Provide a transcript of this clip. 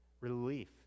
Relief